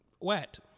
wet